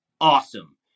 Awesome